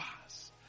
pass